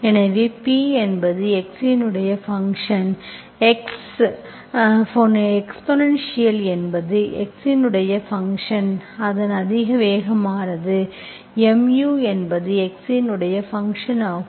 எனவே P என்பது x இன் ஃபங்க்ஷன் எஸ்ஸ்ப்போனேன்ஷீயல் என்பது x இன் ஃபங்க்ஷன் அதன் அதிவேகமானது mu என்பது x இன் ஃபங்க்ஷன் ஆகும்